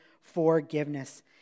forgiveness